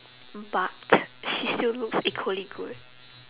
but she still looks equally good